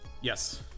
Yes